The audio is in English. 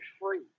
free